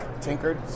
tinkered